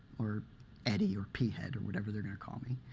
or eddie, or pee head, or whatever they're going to call me.